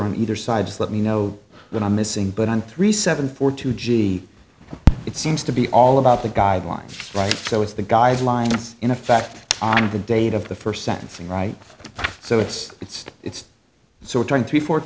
i'm either side just let me know what i'm missing but i'm three seven four two g it seems to be all about the guidelines right so it's the guidelines in effect on the date of the first sentencing right so it's it's it's so we're trying three four